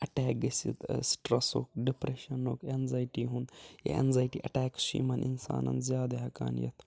attack گٔژھِتھ سٹرٛسُک ڈِپریشَنُک اٮ۪نزایٹی ہُنٛد یا اٮ۪نزایٹی اَٹیکٕس چھُ یِمَن اِنسانَن زیادٕ ہٮ۪کان یِتھ